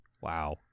Wow